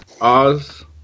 Oz